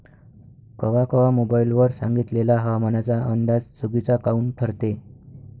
कवा कवा मोबाईल वर सांगितलेला हवामानाचा अंदाज चुकीचा काऊन ठरते?